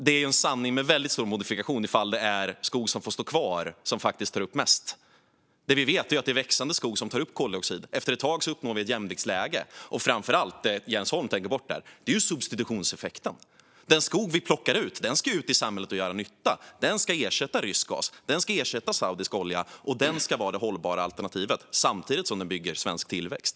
Det är en sanning med väldigt stor modifikation att det är skog som får stå kvar som tar upp mest. Det vi vet är att det är växande skog som tar upp koldioxid och att det efter ett tag uppstår ett jämviktsläge. Och det Jens Holm framför allt tänker bort är substitutionseffekten: Den skog vi plockar ut ska ut i samhället och göra nytta. Den ska ersätta rysk gas, den ska ersätta saudisk olja och den ska vara det hållbara alternativet - samtidigt som den bygger svensk tillväxt.